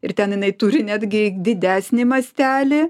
ir ten jinai turi netgi didesnį mastelį